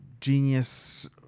genius